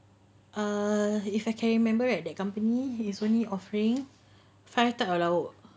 err if I can remember right the company is only offering five type of lauk